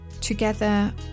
Together